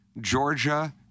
Georgia